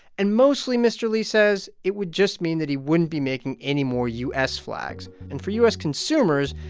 and mostly, mr. li says, it would just mean that he wouldn't be making any more u s. flags. and for u s. consumers,